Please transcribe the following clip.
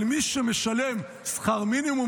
אבל מי שמשתכר שכר מינימום,